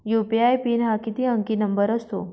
UPI PIN हा किती अंकी नंबर असतो?